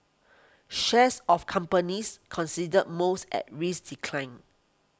shares of companies considered most at risk declined